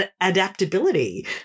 adaptability